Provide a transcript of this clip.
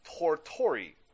Tortori